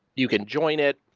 you can join it,